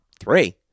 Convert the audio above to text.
Three